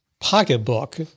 pocketbook